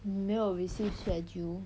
没有 receive schedule